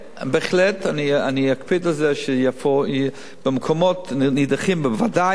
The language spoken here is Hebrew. בהחלט אני אקפיד על זה במקומות נידחים בוודאי,